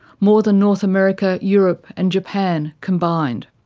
more than north america, europe and japan combined.